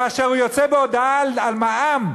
כאשר הוא יוצא בהודעה על מע"מ,